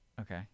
Okay